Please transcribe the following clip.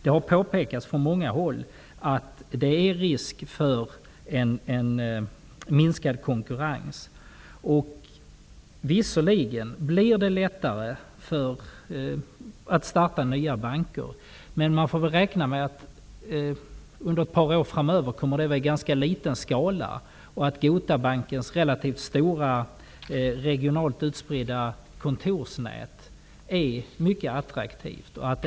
Det har från många håll påpekats att det finns risk för en minskad konkurrens. Visserligen blir det lättare att starta nya banker, men under ett par år framöver får man väl räkna med att detta kommer att ske i ganska liten skala. Dessutom är Gota Banks relativt stora regionalt utspridda kontorsnät mycket attraktivt.